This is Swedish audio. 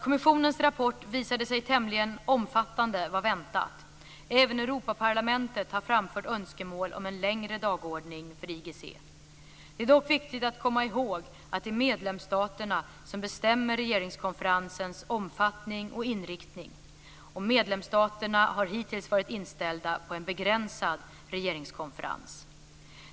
Kommissionens rapport visade sig vara tämligen omfattande; det var väntat. Även Europaparlamentet har framfört önskemål om en längre dagordning för IGC. Det är dock viktigt att komma ihåg att det är medlemsstaterna som bestämmer regeringskonferensens omfattning och inriktning. Och medlemsstaterna har hittills varit inställda på en begränsad regeringskonferens.